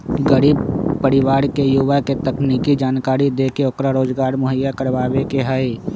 गरीब परिवार के युवा के तकनीकी जानकरी देके ओकरा रोजगार मुहैया करवावे के हई